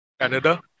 Canada